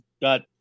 got